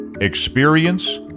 Experience